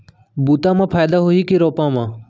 बुता म फायदा होही की रोपा म?